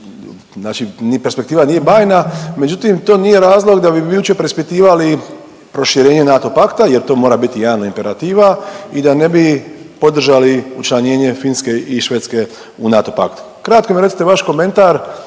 znači ni perspektiva nije bajna, međutim to nije razlog da bi jučer preispitivali proširenje NATO pakta jer to mora biti jedan od imperativa i da ne bi podržali učlanjenje Finske i Švedske u NATO pakt. Kratko mi recite vaš komentar